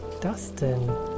Dustin